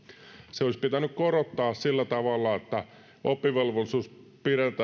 se olisi pitänyt korottaa sillä tavalla että oppivelvollisuus